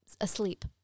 asleep